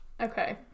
Okay